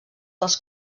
dels